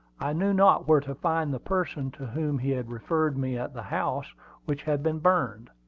i knew not where to find the person to whom he had referred me at the house which had been burned.